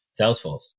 Salesforce